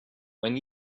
when